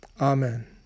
Amen